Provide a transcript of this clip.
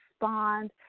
respond